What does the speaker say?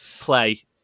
play